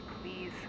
please